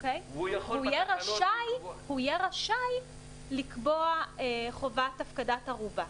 והוא יהיה רשאי לקבוע חובת הפקדת ערובה.